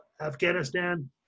Afghanistan